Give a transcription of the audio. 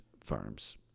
farms